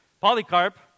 Polycarp